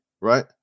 right